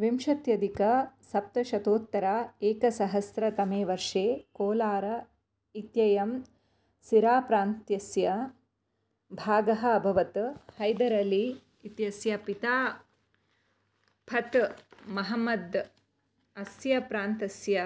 विंशत्यधिकसप्तशतोत्तर एकसहस्रतमे वर्षे कोलार् इत्ययं सिराप्रान्तस्य भागः अभवत् हैदर् अली इत्यस्य पिता फथ् मुहम्मद् अस्य प्रान्तस्य